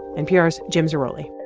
npr's jim zarroli